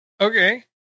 Okay